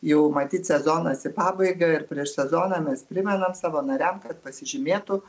jau matyt sezonas į pabaigą ir prieš sezoną mes primenam savo nariam kad pasižymėtų